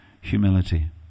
humility